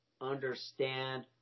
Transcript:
understand